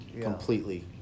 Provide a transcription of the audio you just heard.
completely